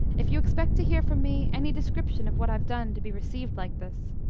if you expect to hear from me any description of what i've done to be received like this,